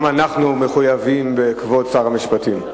גם אנחנו מחויבים בכבוד שר המשפטים.